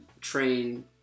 train